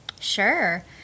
Sure